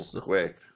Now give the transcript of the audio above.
quick